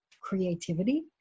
creativity